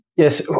Yes